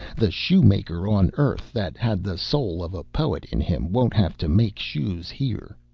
the shoe-maker on earth that had the soul of a poet in him won't have to make shoes here.